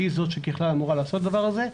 שהיא זאת שככלל אמורה לעשות את הדבר הזה,